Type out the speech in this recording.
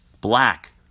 black